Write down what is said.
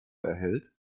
erhält